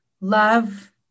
Love